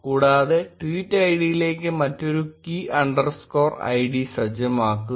കൂടാതെ ട്വീറ്റ് ഐഡിയിലേക്ക് മറ്റൊരു കീ അണ്ടർസ്കോർ ഐഡി സജ്ജമാക്കുക